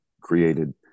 created